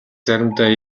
заримдаа